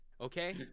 Okay